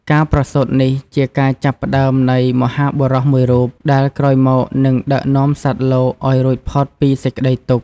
ការប្រសូតនេះជាការចាប់ផ្តើមនៃមហាបុរសមួយរូប ដែលក្រោយមកនឹងដឹកនាំសត្វលោកឱ្យរួចផុតពីសេចក្ដីទុក្ខ។